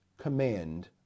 command